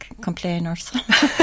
complainers